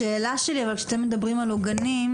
השאלה שלי אבל כשאתם מדברים על העוגנים,